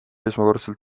esmakordselt